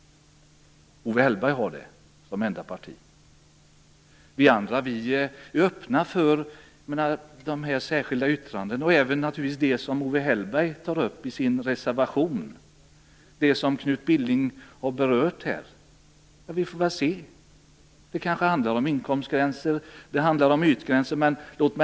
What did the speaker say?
Owe Hellberg och hans parti är de enda som har det. Vi andra är öppna för de särskilda yttranden som har gjorts och naturligtvis även det som Owe Hellberg tar upp i sin reservation och som Knut Billing har berört här. Vi får se vad det blir. Det kanske handlar om inkomstgränser. Det handlar om ytgränser.